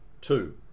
Two